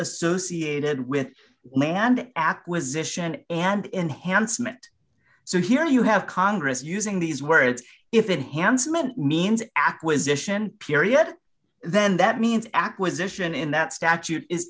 associated with land acquisition and enhanced meant so here you have congress using these words if it handsome it means acquisition period then that means acquisition in that statute is